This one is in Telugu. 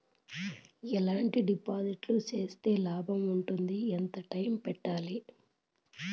ఎట్లాంటి డిపాజిట్లు సేస్తే లాభం ఉంటుంది? ఎంత టైము పెట్టాలి?